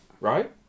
Right